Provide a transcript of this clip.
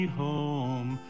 home